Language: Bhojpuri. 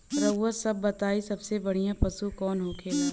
रउआ सभ बताई सबसे बढ़ियां पशु कवन होखेला?